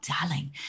darling